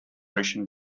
ocean